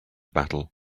battle